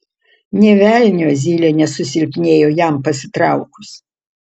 nė velnio zylė nesusilpnėjo jam pasitraukus